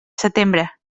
setembre